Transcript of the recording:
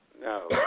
No